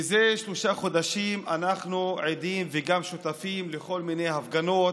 מזה שלושה חודשים אנחנו עדים וגם שותפים לכל מיני הפגנות,